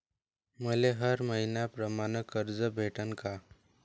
मले हर मईन्याप्रमाणं कर्ज भेटन का?